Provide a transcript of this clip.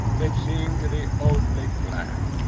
it seemed the only plan.